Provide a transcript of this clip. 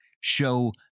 show